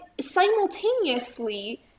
simultaneously